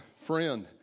friend